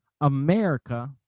America